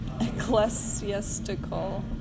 Ecclesiastical